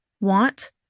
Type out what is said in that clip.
want